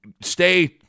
stay